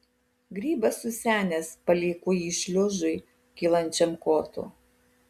grybas susenęs palieku jį šliužui kylančiam kotu